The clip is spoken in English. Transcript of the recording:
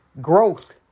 growth